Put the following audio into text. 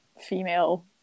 female